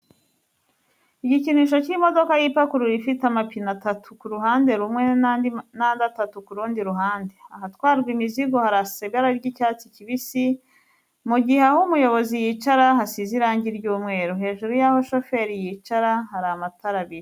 Igikinisho cy'imodoka yipakururura, ifite amapine atatu ku ruhande rumwe n'andi atatu ku rundi ruhande. Ahatwarwa imizigo harasa ibara ry'icyatsi kibisi mu gihe aho umuyobozi yicara hasize irange ry'umweru. Hejuru y'aho shoferi yicara hari amatara abiri.